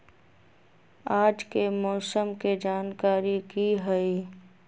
आज के मौसम के जानकारी कि हई?